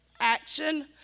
action